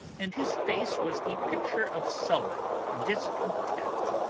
and his face was the picture of sullen discontent.